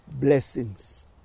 blessings